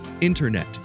Internet